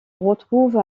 retrouve